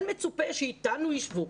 לכן מצופה שאיתנו יישבו,